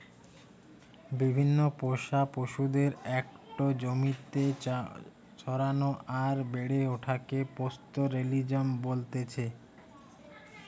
বিভিন্ন পোষা পশুদের একটো জমিতে চরানো আর বেড়ে ওঠাকে পাস্তোরেলিজম বলতেছে